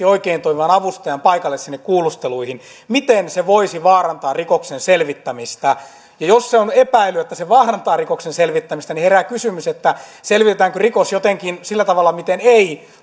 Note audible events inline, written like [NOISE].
[UNINTELLIGIBLE] oikein toimivan avustajan paikalle sinne kuulusteluihin voisi vaarantaa rikoksen selvittämistä ja jos on epäily että se vaarantaa rikoksen selvittämistä niin herää kysymys selvitetäänkö rikos jotenkin sillä tavalla miten poliisi ei